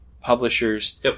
publishers